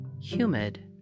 humid